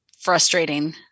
frustrating